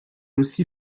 aussi